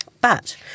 But